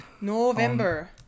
November